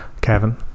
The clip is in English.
Kevin